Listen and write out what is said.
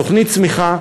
תוכנית צמיחה